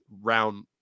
round